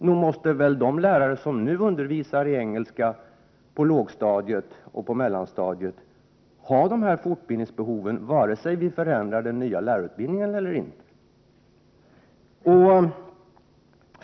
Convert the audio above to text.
Nog måste väl de lärare som nu undervisar i engelska på lågstadiet och på mellanstadiet ha dessa fortbildningsbehov vare sig vi förändrar den nya lärarutbildningen eller inte.